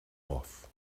off